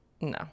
No